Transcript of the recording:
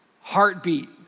heartbeat